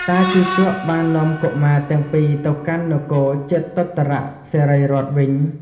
តាជូជកបាននាំកុមារទាំងពីរទៅកាន់នគរជេតុត្តរសិរីរដ្ឋ វិញ។